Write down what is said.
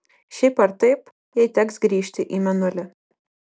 šiaip ar taip jai teks grįžti į mėnulį